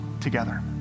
together